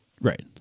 Right